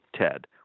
TED